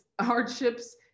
hardships